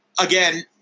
Again